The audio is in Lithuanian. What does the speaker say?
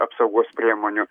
apsaugos priemonių